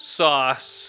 sauce